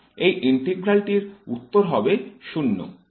এই ইন্টিগ্রাল টির উত্তর হবে 0